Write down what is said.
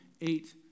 eight